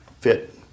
fit